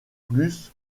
plus